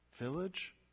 village